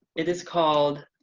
it is called